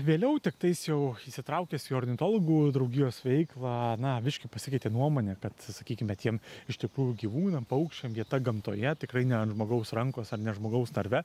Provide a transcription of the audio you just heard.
vėliau tiktais jau įsitraukęs į ornitologų draugijos veiklą na visiškai pasikeitė nuomonė kad sakykime tiem iš tikrųjų gyvūnam paukščiam vieta gamtoje tikrai ne ant žmogaus rankos ar ne žmogaus narve